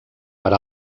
per